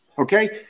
Okay